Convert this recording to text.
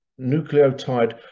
nucleotide